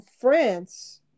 France